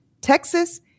Texas